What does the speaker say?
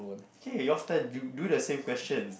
okay your turn you do the same question